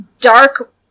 dark